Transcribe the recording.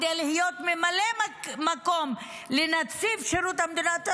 כדי להיות ממלא מקום נציב שירות המדינה,